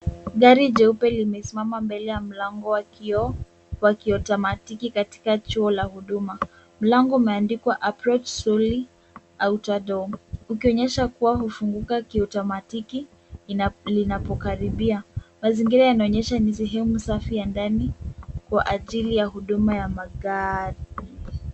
Gari jeupe limesimama mbele ya mlango wa kioo wa kiotomatiki, katika chuo la huduma. Mlango umeandikwa approach slowly outer door , ukionyesha kuwa hufunguka kiautomatiki linapokaribia. Mazingira yanaonyesha ni sehemu safi ya ndani kwa ajili ya huduma ya magari.